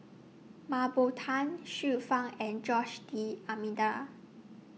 Mah Bow Tan Xiu Fang and Jose D'almeida